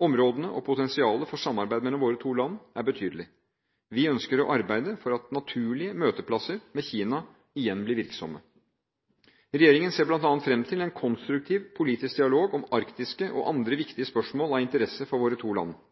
Potensialet – og områdene – for samarbeid mellom våre to land er betydelig. Vi ønsker å arbeide for at naturlige møteplasser med Kina igjen blir virksomme. Regjeringen ser bl.a. fram til en konstruktiv politisk dialog om arktiske og andre